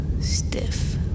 stiff